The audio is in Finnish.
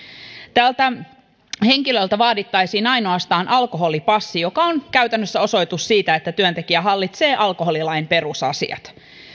tältä henkilöltä vaadittaisiin ainoastaan alkoholipassi joka on käytännössä osoitus siitä että työntekijä hallitsee alkoholilain perusasiat